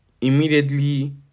immediately